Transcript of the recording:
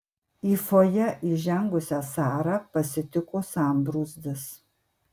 į fojė įžengusią sarą pasitiko sambrūzdis